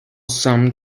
some